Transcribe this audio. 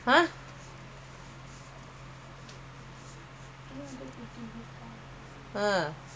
okay we can buy weekend car red colour plate saturday sunday drive saturay sunday you drive no